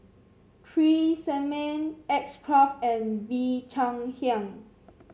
Tresemme X Craft and Bee Cheng Hiang